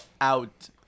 out